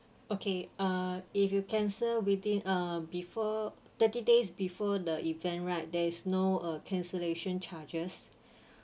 okay uh if you cancel within uh before thirty days before the event right there is no uh cancellation charges